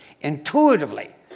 intuitively